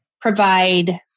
provide